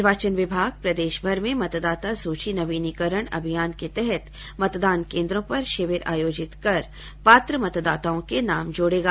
निर्वाचन विभाग प्रदेशभर में मतदाता सूची नवीनीकरण अभियान के तहत मतदान केन्द्रो पर शिविर आयोजित कर पात्र मतदाताओं के नाम जोड़ेगा